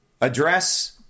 address